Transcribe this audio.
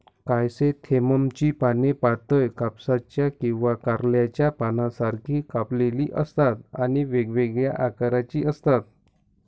क्रायसॅन्थेममची पाने पातळ, कापसाच्या किंवा कारल्याच्या पानांसारखी कापलेली असतात आणि वेगवेगळ्या आकाराची असतात